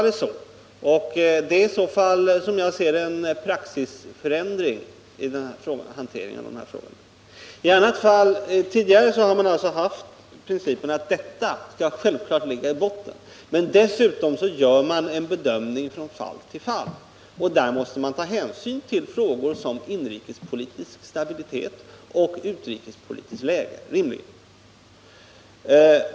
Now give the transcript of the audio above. Det är i så fall, som jag ser det, en förändring av praxis i hanteringen av denna fråga. Tidigare har man haft principen att detta självklart skall ligga i botten. Men dessutom gör man en bedömning från fall till fall, och där måste man rimligen ta hänsyn till frågor som inrikespolitisk stabilitet och utrikespolitiskt läge.